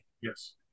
Yes